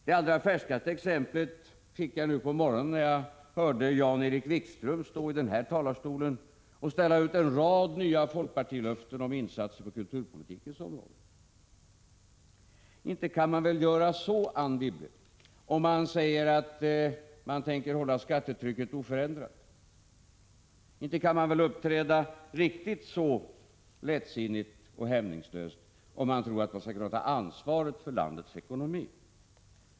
Det allra färskaste exemplet på folkpartiets rundhänthet fick jag nu på morgonen när jag hörde Jan-Erik Wikström stå i kammarens talarstol och ställa ut en rad nya folkpartilöften om insatser på kulturpolitikens område. Inte kan man väl göra så, Anne Wibble, om man säger att man tänker hålla skattetrycket oförändrat! Inte kan man väl uppträda riktigt så lättsinnigt och hämningslöst om man tror att man skall kunna ta ansvaret för landets ekonomi!